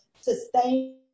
sustain